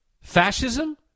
Fascism